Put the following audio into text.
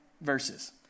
verses